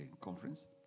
conference